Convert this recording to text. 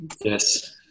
Yes